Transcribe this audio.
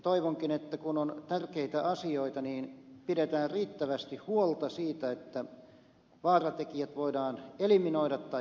toivonkin kun on tärkeitä asioita että pidetään riittävästi huolta siitä että vaaratekijät voidaan eliminoida tai poistaa